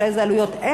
באיזה עלויות,